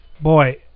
boy